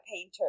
painter